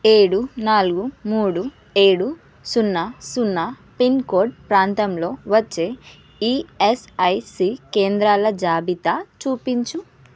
ఏడు నాలుగు మూడు ఏడు సున్నా సున్నా పిన్కోడ్ ప్రాంతంలో వచ్చే ఈఎస్ఐసి కేంద్రాల జాబితా చూపించు